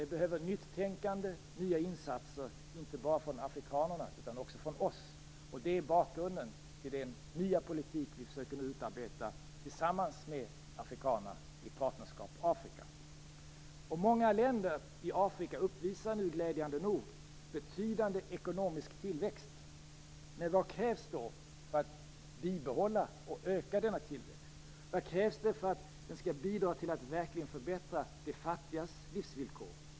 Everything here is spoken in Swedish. Det behövs nytt tänkande och nya insatser, inte bara från afrikanerna utan också från oss. Det är bakgrunden till den nya politik vi nu försöker utarbeta tillsammans med afrikanerna i Partnerskap Afrika. Många länder i Afrika uppvisar nu glädjande nog betydande ekonomisk tillväxt. Men vad krävs då för att bibehålla och öka denna tillväxt? Vad krävs det för att den skall bidra till att verkligen förbättra de fattigas livsvillkor?